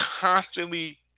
constantly